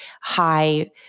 high